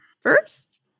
First